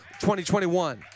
2021